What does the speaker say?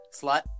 Slut